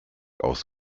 aus